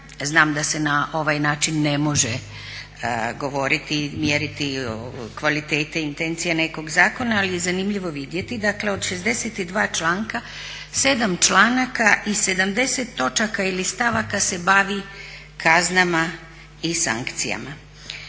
znam da se na ovaj način ne može govoriti i mjeriti kvaliteta i intencija nekog zakona ali je zanimljivo vidjeti. Dakle, od 62 članka 7 članaka i 70 točaka ili stavaka se bavi kaznama i sankcijama.